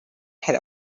had